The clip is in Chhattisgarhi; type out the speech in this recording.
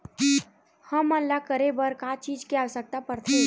हमन ला करे बर का चीज के आवश्कता परथे?